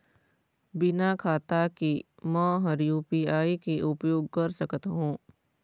बिना खाता के म हर यू.पी.आई के उपयोग कर सकत हो?